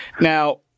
Now